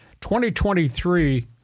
2023